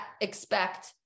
expect